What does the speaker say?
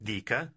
Dica